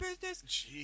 business